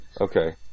Okay